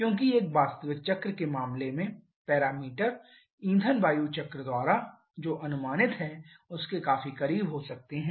क्योंकि एक वास्तविक चक्र के मामले में पैरामीटर ईंधन वायु चक्र द्वारा जो अनुमानित है उसके काफी करीब हो सकते हैं